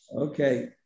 Okay